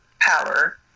power